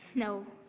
no.